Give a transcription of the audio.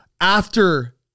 after-